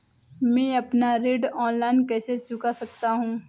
मैं अपना ऋण ऑनलाइन कैसे चुका सकता हूँ?